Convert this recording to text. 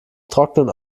trocknen